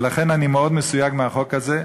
ולכן אני מאוד מסויג מהחוק הזה.